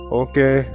okay